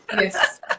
Yes